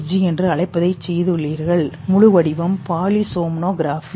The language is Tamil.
ஜி என்று அழைப்பதைச் செய்துள்ளீர்கள் முழு வடிவம் பாலி சோம்னோ கிராஃபி